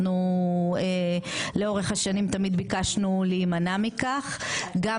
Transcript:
ואנחנו לאורך השנים תמיד ביקשנו להימנע מכך גם